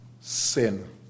sin